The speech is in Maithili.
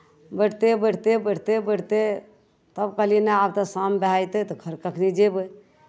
बैठिते बैठिते बैठिते बैठिते तब कहलियै नहि आब तऽ शाम भए जेतै तऽ घर कखनि जयबै